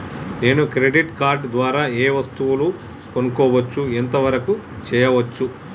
నేను credit card ద్వారా ఏం వస్తువులు కొనుక్కోవచ్చు ఎంత వరకు చేయవచ్చు?